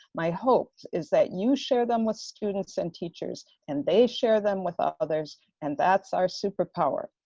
my hope is that you share them with students and teachers, and they share them with others and that's our super power.